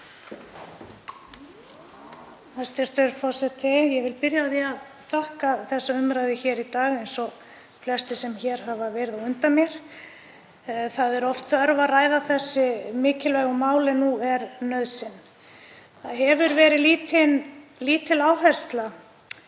Hæstv. forseti. Ég vil byrja á því að þakka þessa umræðu hér í dag, eins og flestir sem hér hafa verið á undan mér. Það er oft þörf að ræða þessi mikilvægu mál en nú er nauðsyn. Það hefur verið lítil áhersla